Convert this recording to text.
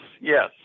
Yes